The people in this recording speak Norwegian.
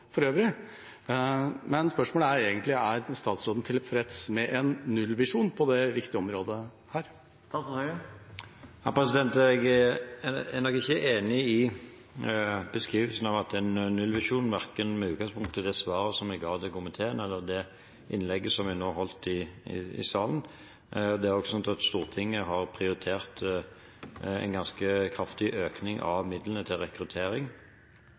for øvrig. Spørsmålet er egentlig: Er statsråden tilfreds med en nullvisjon på dette viktige området? Jeg er nok ikke enig i beskrivelsen av at det er en nullvisjon – verken med utgangspunkt i det svaret som jeg ga til komiteen, eller det innlegget jeg nå holdt i salen. Stortinget har prioritert en ganske kraftig økning av midlene til rekruttering